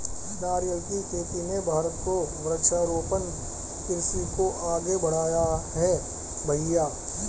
नारियल की खेती ने भारत को वृक्षारोपण कृषि को आगे बढ़ाया है भईया